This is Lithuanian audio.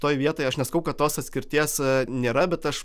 toj vietoj aš nesakau kad tos atskirties nėra bet aš